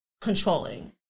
controlling